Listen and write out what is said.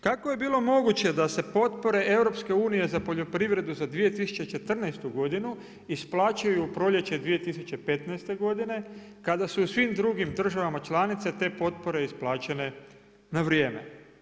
Kako je bilo moguće da se potpore EU-a za poljoprivredu za 2014. godinu isplaćuju u proljeće 2015. godine, kada su u svim državama članicama te potpore isplaćene na vrijeme?